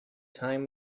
time